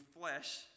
flesh